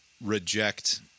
reject